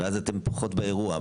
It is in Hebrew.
ואז אתם פחות באירוע.